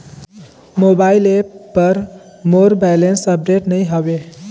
mobile app पर मोर balance update नई हवे